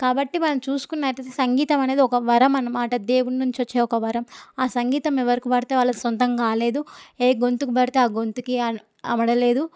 కాబట్టి మనం చూసుకున్నట్టు అయితే సంగీతం అనేది ఒక వరం అనమాట దేవుడి నుంచి వచ్చే ఒక వరం ఆ సంగీతం ఎవరికి పడితే వాళ్ళకి సొంతం కాలేదు ఏ గొంతుకు పడితే ఆ గొంతుకి అమడలేదు